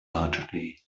largely